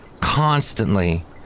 Constantly